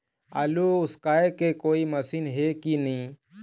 आलू उसकाय के कोई मशीन हे कि नी?